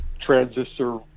transistor